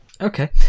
Okay